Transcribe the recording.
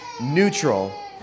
neutral